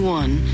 one